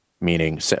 meaning